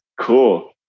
Cool